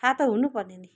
थाहा त हुनुपर्ने नि